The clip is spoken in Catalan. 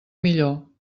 millor